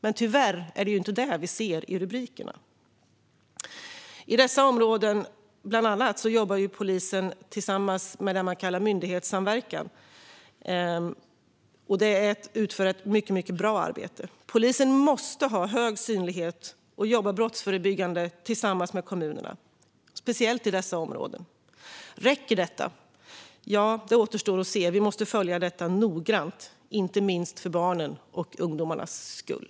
Men tyvärr är det inte detta vi ser i rubrikerna. I bland annat dessa områden jobbar polisen med det man kallar myndighetssamverkan och utför ett mycket bra arbete. Polisen måste ha hög synlighet och jobba brottsförebyggande tillsammans med kommunerna, speciellt i dessa områden. Räcker detta? Ja, det återstår att se. Vi måste följa det noggrant, inte minst för barnens och ungdomarnas skull.